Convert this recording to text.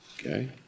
Okay